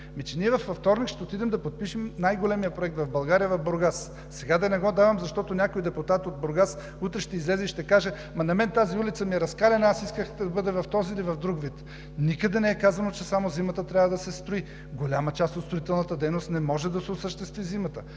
Ами ние във вторник ще отидем да подпишем най-големия проект в България – в Бургас. Сега да не го давам, защото някой депутат от Бургас утре ще излезе и ще каже: ама на мен тази улица ми е разкаляна, аз исках да бъде в този или в друг вид. Никъде не е казано, че само зимата трябва да се строи. Голяма част от строителната дейност не може да се осъществи зимата.